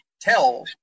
tell